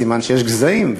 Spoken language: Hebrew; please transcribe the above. סימן שיש גזעים,